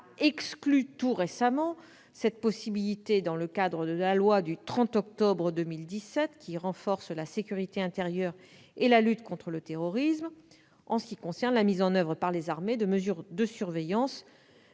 a exclu tout récemment cette possibilité dans le cadre de la loi du 30 octobre 2017 renforçant la sécurité intérieure et la lutte contre le terrorisme en ce qui concerne la mise en oeuvre par les armées de mesures de surveillance